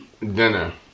Dinner